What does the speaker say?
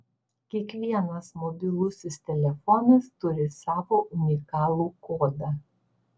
kiekvienas mobilusis telefonas turi savo unikalų kodą